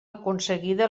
aconseguida